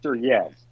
Yes